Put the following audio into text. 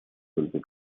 только